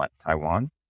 Taiwan